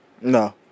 No